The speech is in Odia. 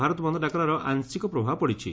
ଭାରତ ବନ୍ଦ ଡାକରାର ଆଂଶିକ ପ୍ରଭାବ ପଡିଛି